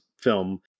film